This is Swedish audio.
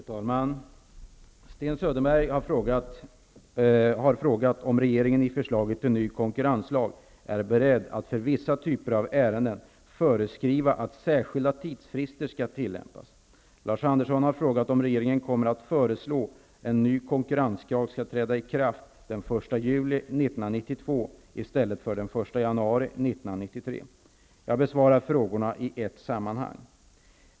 Fru talman! Sten Söderberg har frågat om regeringen i förslaget till ny konkurrenslag är beredd att för vissa typer av ärenden föreskriva att särskilda tidsfrister skall tillämpas. Lars Andersson har frågat om regeringen kommer att föreslå att en ny konkurrenslag skall träda i kraft den 1 juli 1992 Jag besvarar frågorna i ett sammanhang.